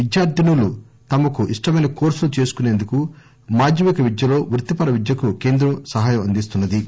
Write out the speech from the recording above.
విద్యార్ధినులు తమకు ఇష్టమైన కోర్పులు చేసుకుసేందుకు మాధ్యమిక విద్యలో వృత్తిపర విద్యకు కేంద్రం సహాయం అందిస్తున్న ది